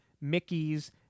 Mickey's